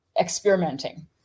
experimenting